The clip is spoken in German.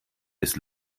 bis